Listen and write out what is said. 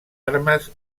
armes